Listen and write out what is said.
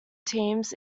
teams